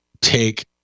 take